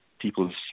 people's